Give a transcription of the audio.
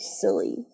silly